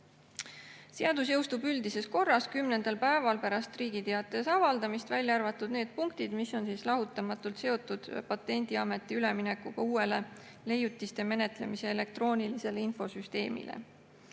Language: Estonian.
Seadus jõustub üldises korras 10. päeval pärast Riigi Teatajas avaldamist, välja arvatud need punktid, mis on lahutamatult seotud Patendiameti üleminekuga uuele leiutiste menetlemise elektroonilisele infosüsteemile.